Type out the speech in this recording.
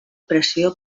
pressió